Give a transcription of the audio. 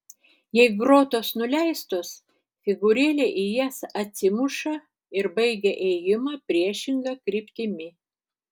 jei grotos nuleistos figūrėlė į jas atsimuša ir baigia ėjimą priešinga kryptimi